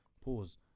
Pause